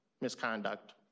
misconduct